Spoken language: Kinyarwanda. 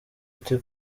ati